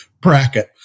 bracket